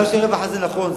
אני לא חושב שזה נכון,